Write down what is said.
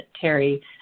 Terry